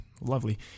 Lovely